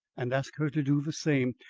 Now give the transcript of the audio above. and ask her to do the same.